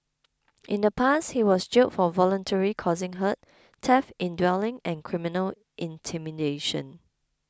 in the past he was jailed for voluntarily causing hurt theft in dwelling and criminal intimidation